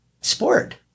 sport